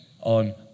on